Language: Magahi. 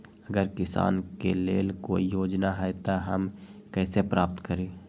अगर किसान के लेल कोई योजना है त हम कईसे प्राप्त करी?